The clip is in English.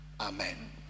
Amen